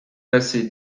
passé